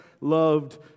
loved